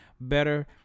better